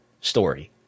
story